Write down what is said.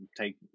take